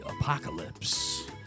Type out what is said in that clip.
apocalypse